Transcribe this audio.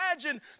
imagine